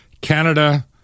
Canada